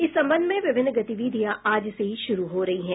इस सबंध में विभिन्न गतिविधियां आज से शुरू हो रही हैं